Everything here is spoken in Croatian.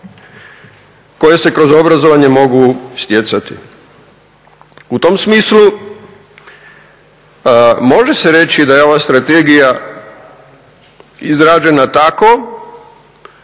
koje se kroz obrazovanje mogu stjecati. U tom smislu može se reći da je ova Strategija izrađena tako